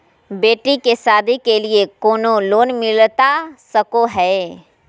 बेटी के सादी के लिए कोनो लोन मिलता सको है?